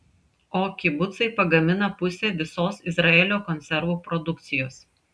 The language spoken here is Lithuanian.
o kibucai pagamina pusę visos izraelio konservų produkcijos